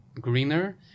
greener